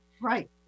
right